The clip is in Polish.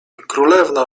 królewna